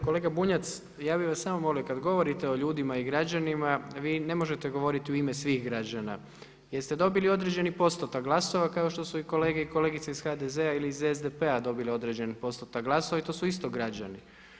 Kolega Bunjac, ja bi vas samo molio kada govorite o ljudima i građanima vi ne možete govoriti u ime svih građana jer ste dobili određeni postotak glasova kao što su i kolege i kolegice iz HDZ-a ili SDP-a dobili određeni postotak glasova i to su isto građani.